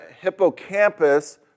hippocampus